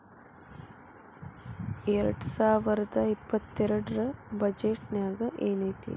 ಎರ್ಡ್ಸಾವರ್ದಾ ಇಪ್ಪತ್ತೆರ್ಡ್ ರ್ ಬಜೆಟ್ ನ್ಯಾಗ್ ಏನೈತಿ?